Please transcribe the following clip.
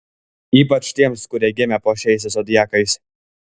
ypač tiems kurie gimė po šiais zodiakais